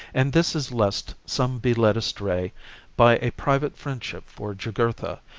and this is lest some be led astray by a private friendship for jugurtha,